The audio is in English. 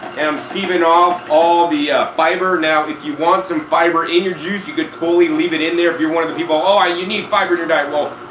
and i'm sieving off all the fiber, now if you want some fiber in your juice you can totally leave it in there if you're one of the people oh you need fiber in your diet well,